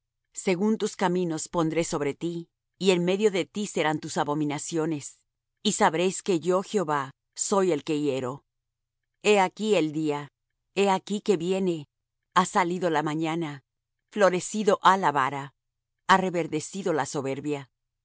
según tus caminos pondré sobre ti y en medio de ti serán tus abominaciones y sabréis que yo jehová soy el que hiero he aquí el día he aquí que viene ha salido la mañana florecido ha la vara ha reverdecido la soberbia